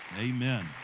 Amen